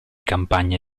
campagne